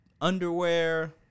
underwear